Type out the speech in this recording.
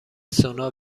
سونا